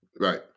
Right